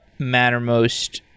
Mattermost